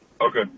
Okay